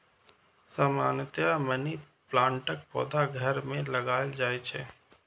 सामान्यतया मनी प्लांटक पौधा घर मे लगाएल जाइ छै